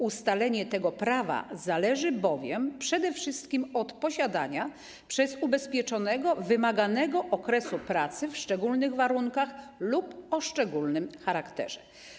Ustalenie tego prawa zależy bowiem przede wszystkim od posiadania przez ubezpieczonego wymaganego okresu pracy w szczególnych warunkach lub o szczególnym charakterze.